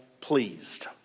pleased